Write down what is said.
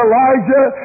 Elijah